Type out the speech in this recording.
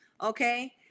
okay